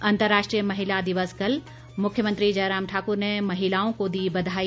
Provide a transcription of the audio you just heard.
अंतर्राष्ट्रीय महिला दिवस कल मुख्यमंत्री जयराम ठाकुर ने महिलाओं को दी बधाई